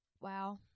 Wow